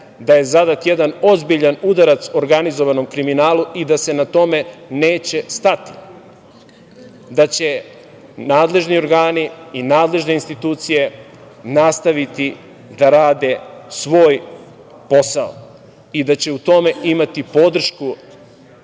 Da je zadat jedan ozbiljan udarac organizovanom kriminalu i da se na tome neće stati. Da će nadležni organi i nadležne institucije nastaviti da rade svoj posao i da će u tome imati podršku